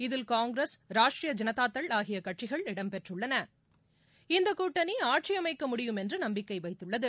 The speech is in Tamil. இதில் காங்கிரஸ் ராஷ்ட்ரிய ஜனதாதள் ஆகிய கட்சிகள் இடம்பெற்றுள்ளன இந்த கூட்டணி ஆட்சி அமைக்க முடியும் என்று நம்பிக்கை வைத்துள்ளது